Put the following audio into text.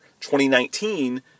2019